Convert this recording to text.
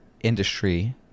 industry